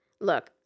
Look